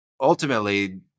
Ultimately